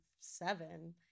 seven